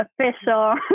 official